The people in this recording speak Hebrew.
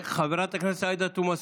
חברת הכנסת עאידה תומא סלימאן,